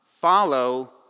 follow